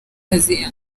kazi